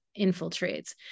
infiltrates